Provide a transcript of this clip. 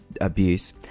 abuse